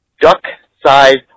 duck-sized